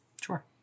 Sure